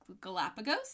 Galapagos